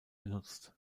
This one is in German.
genutzt